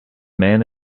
man